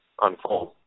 unfold